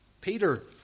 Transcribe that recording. Peter